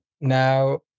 now